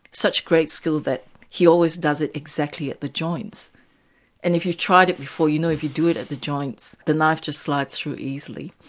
such great skill that he always does it exactly at the joins and if you've tried it before, you know if you do it at the joints the knife just slides through easily.